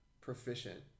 proficient